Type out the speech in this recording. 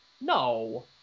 No